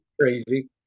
Crazy